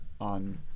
on